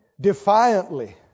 defiantly